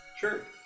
Sure